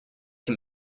can